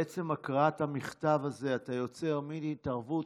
בעצם הקראת המכתב הזה אתה יוצר מין התערבות.